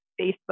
Facebook